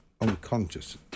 unconscious